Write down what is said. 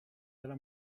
della